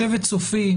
שבט צופים,